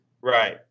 Right